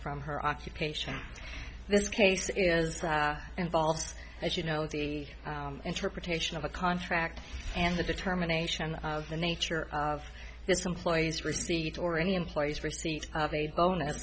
from her occupation this case it is involves as you know the interpretation of a contract and the determination of the nature of this employee's receipt or any employee's receipt of a bonus